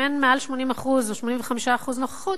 אם אין מעל 80% או 85% נוכחות,